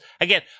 Again